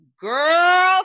Girl